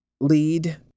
lead